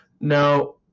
Now